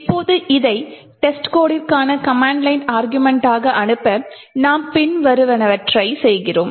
இப்போது இதை டெஸ்ட்கோடிற்கான கமெண்ட் லைன் அருகுமெண்ட்டாக அனுப்ப நாம் பின்வருவனவற்றை செய்கிறோம்